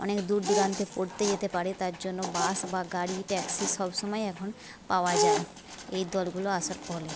অনেক দূরদূরান্তে পড়তে যেতে পারে তার জন্য বাস বা গাড়ি ট্যাক্সি সবসময় এখন পাওয়া যায় এই দলগুলো আসার ফলে